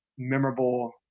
memorable